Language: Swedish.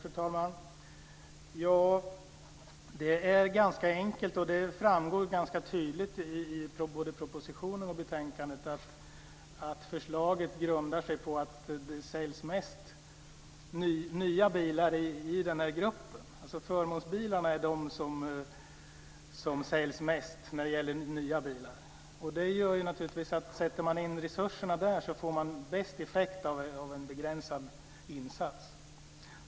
Fru talman! Det är ganska enkelt, och det framgår tydligt i både propositionen och betänkandet. Förslaget grundar sig på att det är förmånsbilar som säljs mest när det gäller nya bilar. Sätter man in resurserna där får man naturligtvis bäst effekt av en begränsad insats.